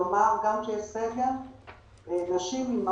כלומר, נשים, אימהות,